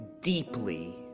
deeply